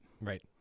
Right